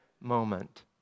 Moment